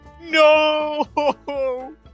No